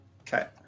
Okay